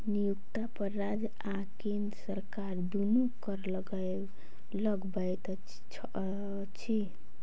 नियोक्ता पर राज्य आ केंद्र सरकार दुनू कर लगबैत अछि